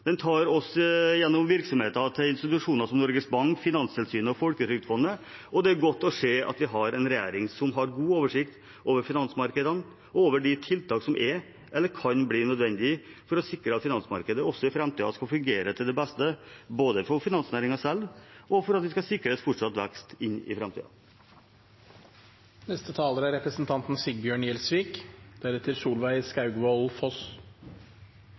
Den tar oss gjennom virksomheten til institusjoner som Norges Bank, Finanstilsynet og Folketrygdfondet. Det er godt å se at vi har en regjering som har god oversikt over finansmarkedene og de tiltakene som er eller kan bli nødvendige for å sikre at finansmarkedet også i framtiden skal fungere, til beste for finansnæringen selv, og for at vi skal sikres fortsatt vekst i